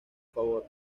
favor